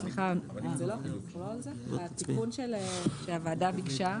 התיון שהוועדה ביקשה,